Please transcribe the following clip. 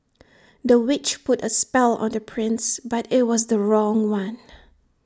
the witch put A spell on the prince but IT was the wrong one